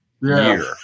year